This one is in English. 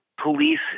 police